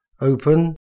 open